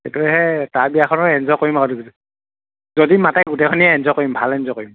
সেইটোহে তাৰ বিয়াখনত হে এনজয় কৰিম আৰু যদি মাতে গোটেইখিয়ে এনজয় কৰিম ভাল এনজয় কৰিম